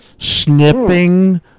snipping